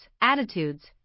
attitudes